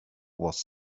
was